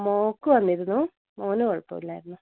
മോൾക്കു വന്നിരുന്നു മോന് കുഴപ്പം ഇല്ലായിരുന്നു